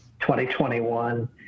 2021